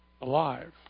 alive